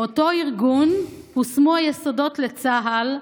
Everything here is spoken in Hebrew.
מאותו ארגון הושמו היסודות לצה"ל,